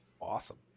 awesome